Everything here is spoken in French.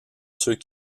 ceux